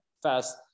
Fast